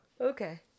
Okay